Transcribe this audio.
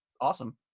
awesome